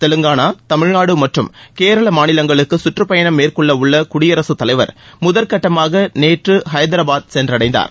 தெலுங்கானா தமிழ்நாடு மற்றும் கேரளா மாநிலங்களுக்கு சுற்றுப்பயணம் மேற்கொள்ளவுள்ள குடியரசுத் தலைவர் முதல் கட்டமாக நேற்று ஐதராபாத் சென்றடைந்தார்